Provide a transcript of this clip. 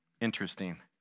Interesting